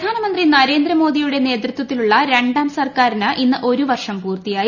പ്രധാനമന്ത്രി നരേന്ദ്രമോദ്രീയുടെ നേതൃത്വത്തിലുള്ള രണ്ടാം സർക്കാരിന് ഇന്ന് ഒരു പ്ലർഷം പൂർത്തിയായി